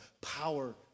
power